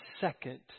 second